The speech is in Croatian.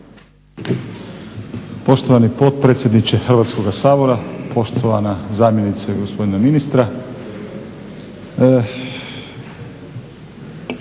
Poštovani potpredsjedniče Hrvatskog sabora, poštovana zamjenice gospodina ministra.